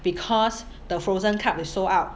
because the Frozen cup is sold out